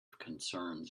concerns